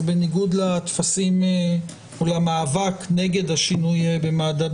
אז בניגוד למאבק נגד השינוי במד"א,